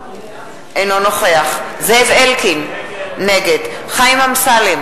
אינו נוכח זאב אלקין, נגד חיים אמסלם,